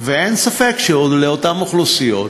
ואין ספק שלאותן אוכלוסיות